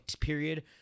period